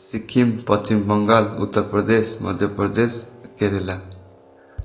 Sikkim Paschim Bangal Uttar Pradesh Madhya Pradesh Kerala